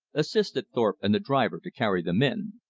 assisted thorpe and the driver to carry them in.